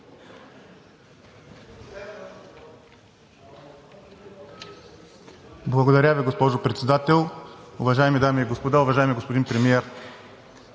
Благодаря Ви, госпожо Председател. Уважаеми дами и господа! Уважаеми господин Премиер,